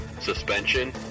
suspension